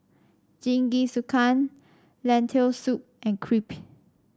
Jingisukan Lentil Soup and Crepe